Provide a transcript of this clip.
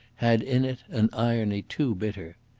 had in it an irony too bitter.